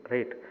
Right